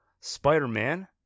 Spider-Man